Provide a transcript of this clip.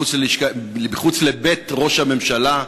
מחוץ לבית ראש הממשלה.